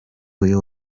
uyu